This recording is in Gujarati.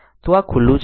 તો આ ખુલ્લું છે